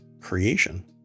creation